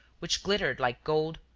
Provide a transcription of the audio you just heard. which glittered like gold,